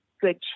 good